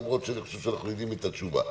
למרות שאני חושב שאנחנו יודעים את התשובה.